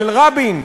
של רבין,